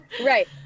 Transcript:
Right